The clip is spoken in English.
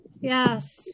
Yes